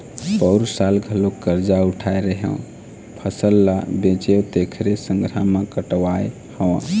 पउर साल घलोक करजा उठाय रेहेंव, फसल ल बेचेंव तेखरे संघरा म कटवाय हँव